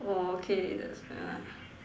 !wah! okay that's